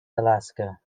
alaska